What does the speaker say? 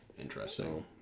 Interesting